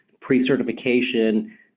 pre-certification